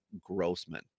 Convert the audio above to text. Grossman